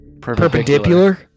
Perpendicular